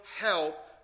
help